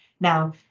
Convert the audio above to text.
Now